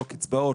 לא קצבאות,